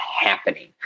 happening